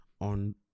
On